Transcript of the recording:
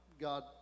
God